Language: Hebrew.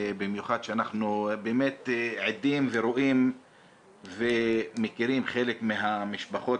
במיוחד שאנחנו באמת עדים ורואים ומכירים חלק מהמשפחות,